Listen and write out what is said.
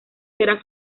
será